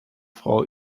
frau